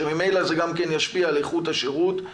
שממילא זה גם כן ישפיע על איכות השירות,